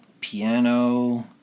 piano